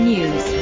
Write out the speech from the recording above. News